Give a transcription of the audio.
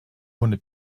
ohne